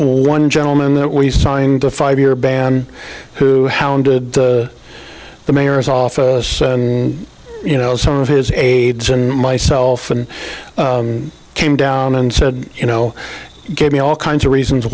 time one gentleman that we signed a five year ban who founded the mayor's office you know some of his aides and myself and came down and said you know give me all kinds of reasons